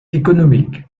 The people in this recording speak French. économique